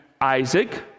Isaac